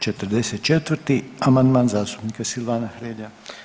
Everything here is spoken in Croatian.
44. amandman zastupnika Silvana Hrelja.